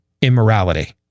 immorality